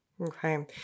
Okay